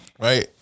Right